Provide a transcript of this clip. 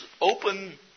open